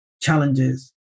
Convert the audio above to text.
challenges